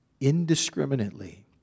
Indiscriminately